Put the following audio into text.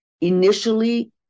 Initially